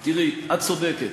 תראי, את צודקת,